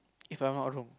if I'm not wrong